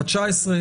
לא,